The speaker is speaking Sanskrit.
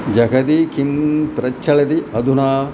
जगति किं प्रचलति अधुना